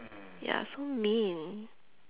ya so mean